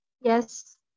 Yes